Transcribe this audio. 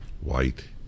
white